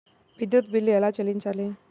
విద్యుత్ బిల్ ఎలా చెల్లించాలి?